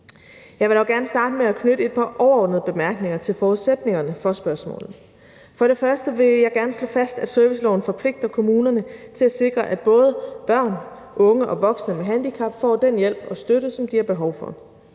Jeg vil nok gerne starte med at knytte et par overordnede bemærkninger til forudsætningerne for spørgsmålet. For det første vil jeg gerne slå fast, at serviceloven forpligter kommunerne til at sikre, at både børn, unge og voksne med handicap får den hjælp og støtte, som de har behov for.